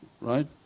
right